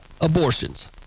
abortions